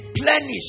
replenish